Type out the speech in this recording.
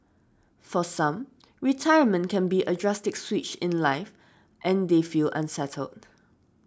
for some retirement can be a drastic switch in life and they feel unsettled